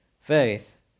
faith